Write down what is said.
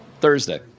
Thursday